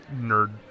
nerd